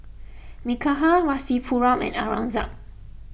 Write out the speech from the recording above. Milkha Rasipuram and Aurangzeb